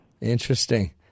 interesting